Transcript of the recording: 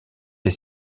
des